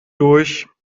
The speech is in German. durch